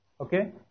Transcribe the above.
Okay